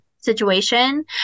Situation